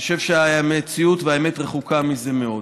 אני חושב שהמציאות והאמת רחוקות מזה מאוד.